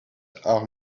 are